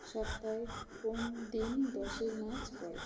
সপ্তাহের কোন দিন দশই মার্চ পড়ে